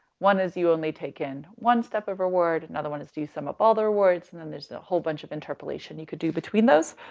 one is you only take in one step of reward, another one is do you sum up all the rewards, and then there's a whole bunch of interpolation you could do between those.